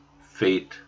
fate